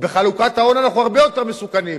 בחלוקת ההון אנחנו הרבה יותר מסוכנים.